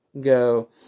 go